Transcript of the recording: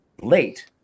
late